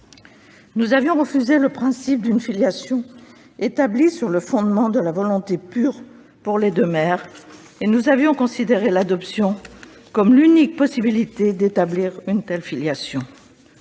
Nous avions refusé le principe d'une filiation établie sur le fondement de la volonté pure pour les deux mères. Nous avions considéré l'adoption comme l'unique possibilité d'établir une telle filiation.